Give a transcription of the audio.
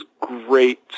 great